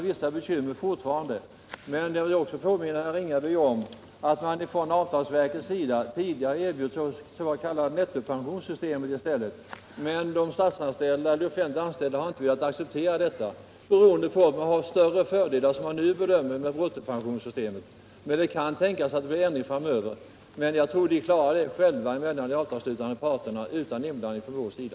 Vissa bekymmer återstår självfallet, men jag vill också påminna herr Ringaby om att avtalsverket tidigare har erbjudit det s.k. nettopensionssystemet i stället men att de offentligt anställda inte har velat acceptera detta system, beroende på att det, som man bedömde det, nu finns större fördelar med bruttopensionssystemet. Det kan tänkas att det blir en ändring i framtiden, men jag tror att de avtalsslutande parterna i så fall klarar förhandlingarna själva utan någon inblandning från vår sida.